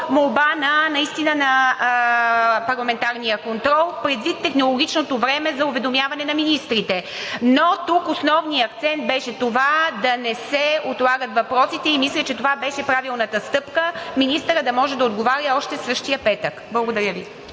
молба на „Парламентарния контрол“, предвид технологичното време за уведомяване на министрите. Тук основният акцент беше да не се отлагат въпросите. Мисля, че това беше правилната стъпка – министърът да може да отговаря още същия петък. Благодаря Ви.